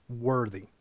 worthy